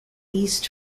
east